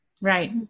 Right